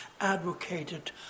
advocated